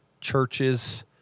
churches